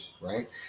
right